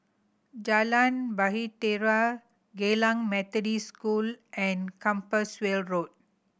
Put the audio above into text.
Jalan Bahtera Geylang Methodist School and Compassvale Road